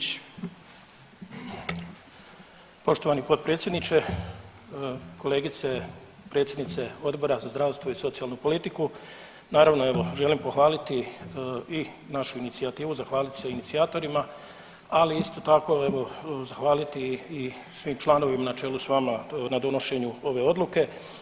Poštovani potpredsjedniče, kolegice predsjednice Odbora za zdravstvo i socijalnu politiku, naravno evo želim pohvaliti i našu inicijativu, zahvaliti se inicijatorima, ali isto tako evo zahvaliti i svim članovima na čelu s vama na donošenju ove odluke.